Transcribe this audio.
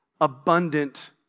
abundant